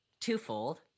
twofold